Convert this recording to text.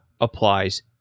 applies